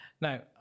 now